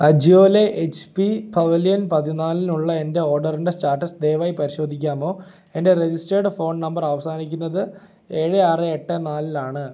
അജിയോ ലെ H P Pavilion പതിനാലിനുള്ള എൻ്റെ ഓർഡറിൻ്റെ സ്റ്റാറ്റസ് ദയവായി പരിശോധിക്കാമോ എൻ്റെ രജിസ്റ്റേർഡ് ഫോൺ നമ്പർ അവസാനിക്കുന്നത് ഏഴ് ആറ് എട്ട് നാലിലാണ്